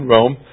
Rome